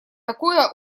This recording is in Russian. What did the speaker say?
такое